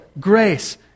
grace